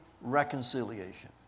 reconciliation